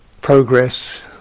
progress